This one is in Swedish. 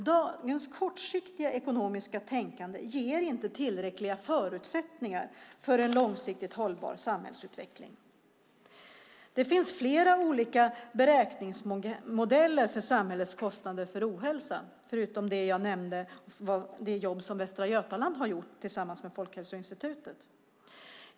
Dagens kortsiktiga ekonomiska tänkande ger inte tillräckliga förutsättningar för en långsiktigt hållbar samhällsutveckling. Det finns flera olika beräkningsmodeller för samhällets kostnader för ohälsa, förutom det jobb som jag nämnde att Västra Götaland har gjort tillsammans med Folkhälsoinstitutet.